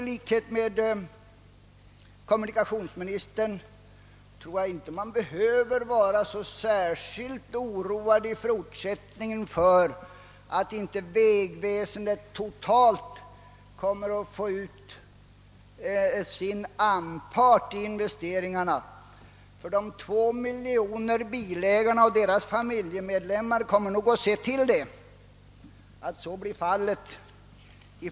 I likhet med kommunikationsministern tror jag inte att man i fortsättningen behöver vara så särskilt orolig för att inte vägväsendet totalt kommer att få ut sin anpart av investeringarna, ty de 2 miljonerna bilägare och deras familjer kommer nog att se till att så blir fallet.